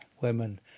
women